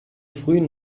frühen